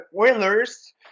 Oilers